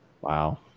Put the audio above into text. Wow